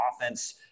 offense